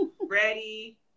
ready